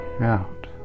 out